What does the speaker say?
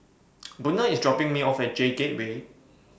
Buna IS dropping Me off At J Gateway